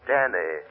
Danny